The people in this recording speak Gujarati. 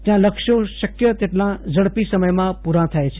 જયાં લક્ષ્યો શક્ય તેટલા ઝડપી સમયમાં પૂરા થાય છે